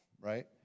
right